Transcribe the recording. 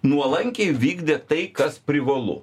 nuolankiai vykdė tai kas privalu